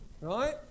Right